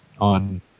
on